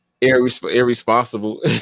Irresponsible